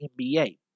NBA